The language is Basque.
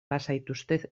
bazaituzte